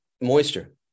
moisture